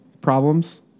problems